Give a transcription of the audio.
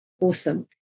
Awesome